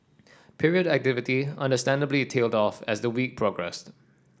period activity understandably tailed off as the week progressed